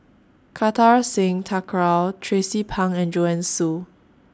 Kartar Singh Thakral Tracie Pang and Joanne Soo